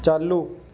चालू